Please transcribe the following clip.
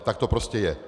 Tak to prostě je.